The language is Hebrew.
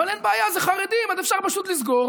אבל אין בעיה, זה חרדים, אז אפשר פשוט לסגור.